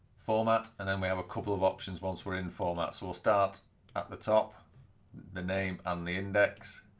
format and then we have a couple of options once we're in formats we'll start at the top the name and the index